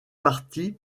partis